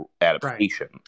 adaptation